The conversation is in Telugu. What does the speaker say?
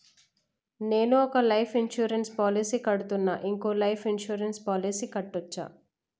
నేను ఒక లైఫ్ ఇన్సూరెన్స్ పాలసీ కడ్తున్నా, ఇంకో లైఫ్ ఇన్సూరెన్స్ పాలసీ కట్టొచ్చా?